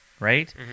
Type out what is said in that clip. Right